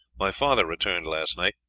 my father returned last night,